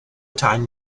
time